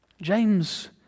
James